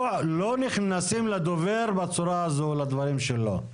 לא נכנסים לדובר בצורה הזאת לדברים שלו,